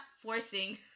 forcing